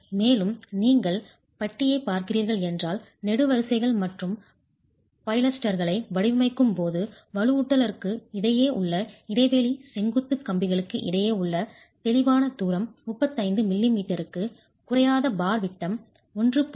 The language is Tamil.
மேலும் நீங்கள் பட்டியைப் பார்க்கிறீர்கள் என்றால் நெடுவரிசைகள் மற்றும் பைலஸ்டர்களை வடிவமைக்கும் போது வலுவூட்டலுக்கு இடையே உள்ள இடைவெளி செங்குத்து கம்பிகளுக்கு இடையே உள்ள தெளிவான தூரம் 35 மிமீக்கு குறையாத பார் விட்டம் 1